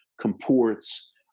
comports